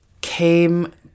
came